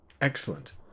Excellent